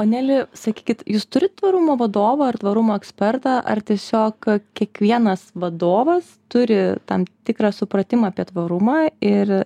o neli sakykit jūs turit tvarumo vadovą ar tvarumo ekspertą ar tiesiog kiekvienas vadovas turi tam tikrą supratimą apie tvarumą ir